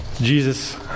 Jesus